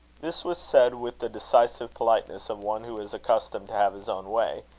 this was said with the decisive politeness of one who is accustomed to have his own way,